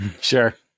Sure